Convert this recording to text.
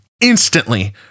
instantly